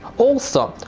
also,